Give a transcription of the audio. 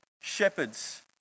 shepherds